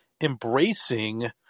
embracing